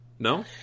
No